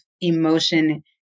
emotion